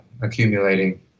accumulating